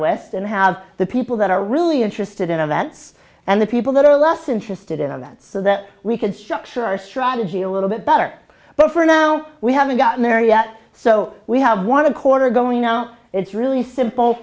west and have the people that are really interested in events and the people that are less interested in on that so that we could structure our strategy a little bit better but for now we haven't gotten there yet so we have one quarter going now it's really simple